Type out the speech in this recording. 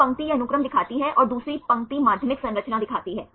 छात्र बहुत कम पहचान के लिए उपयुक्त नहीं है